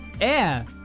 Air